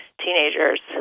teenagers